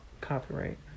copyright